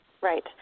Right